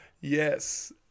Yes